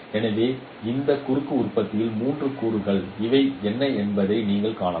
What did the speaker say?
எனவே இந்த குறுக்கு உற்பத்தியின் 3 கூறுகள் இவை என்பதை நீங்கள் காணலாம்